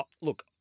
Look